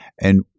And-